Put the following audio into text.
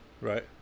right